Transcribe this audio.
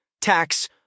tax